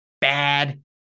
bad